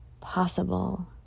possible